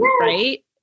right